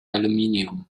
aluminium